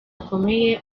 bakomeye